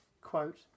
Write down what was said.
quote